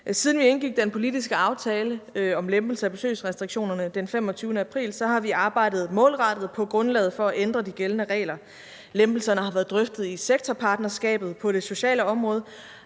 Siden vi indgik den politiske aftale om lempelse af besøgsrestriktionerne den 25. april, har vi arbejdet målrettet på grundlaget for at ændre de gældende regler. Lempelserne har været drøftet i sektorpartnerskabet på det sociale område.